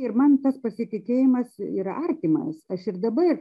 ir man tas pasitikėjimas yra artimas aš ir dabar